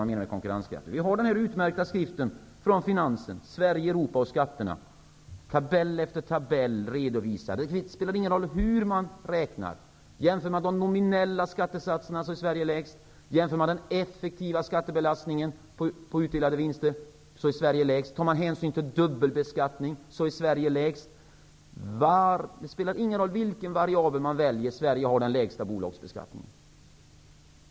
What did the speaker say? Det finns en utmärkt skrift från Finansdepartementet med titeln Sverige, Europa och skatterna. I tabell efter tabell redovisas läget. Det spelar inte någon roll hur man räknar. Jämför man de nominella skattesatserna ligger Sverige lägst. Jämför man den effektiva skattebelastningen på utdelade vinster ligger Sverige lägst. Tar man hänsyn till dubbelbeskattning ligger Sverige lägst. Det spelar inte någon roll vilken variabel man väljer: Sverige har den lägsta bolagsbeskattningen.